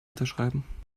unterschreiben